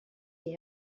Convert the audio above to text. that